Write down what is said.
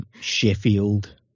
Sheffield